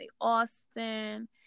Austin